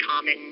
common